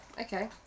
okay